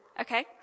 Okay